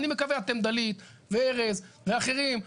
אני מקווה דלית וארז ואחרים,